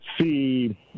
see